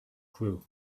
clue